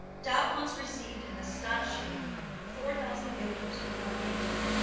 dou once received an astonishing four thousand guilders for one painting.